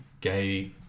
gay